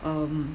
um